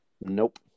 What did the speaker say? Nope